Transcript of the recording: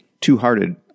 Two-Hearted